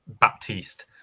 Baptiste